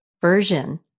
version